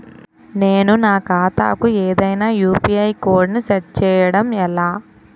నేను నా ఖాతా కు ఏదైనా యు.పి.ఐ కోడ్ ను సెట్ చేయడం ఎలా?